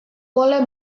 boleh